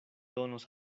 donos